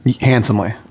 Handsomely